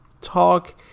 talk